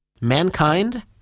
Mankind